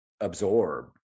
absorb